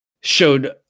showed